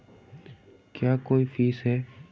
क्या कोई फीस है?